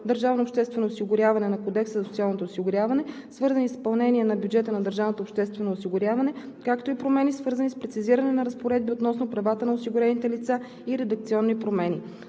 „Държавно обществено осигуряване на Кодекса за социално осигуряване“, свързани с изпълнение на бюджета на Държавното обществено осигуряване, както и промени, свързани с прецизиране на разпоредби относно правата на осигурените лица и редакционни промени.